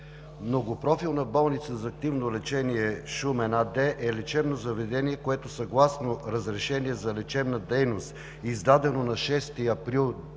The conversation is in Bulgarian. „Многопрофилна болница за активно лечение – Шумен“ АД, е лечебно заведение, което съгласно разрешение за лечебна дейност, издадено на 6 април 2016